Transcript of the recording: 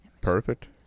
perfect